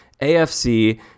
AFC